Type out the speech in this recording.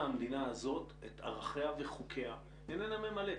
המדינה הזאת את ערכיה וחוקיה איננה ממלאת.